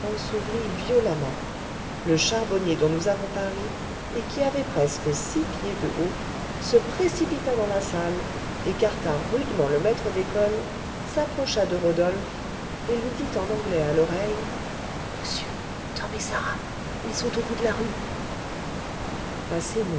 s'ouvrit violemment le charbonnier dont nous avons parlé et qui avait presque six pieds de haut se précipita dans la salle écarta rudement le maître d'école s'approcha de rodolphe et lui dit en anglais à l'oreille monsieur tom et sarah ils sont au bout de la rue